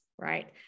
right